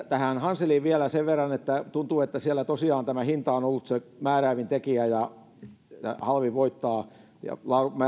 tähän hanseliin vielä sen verran että tuntuu että siellä tosiaan tämä hinta on ollut se määräävin tekijä ja halvin voittaa ja